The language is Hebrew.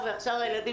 הילדים